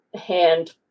hand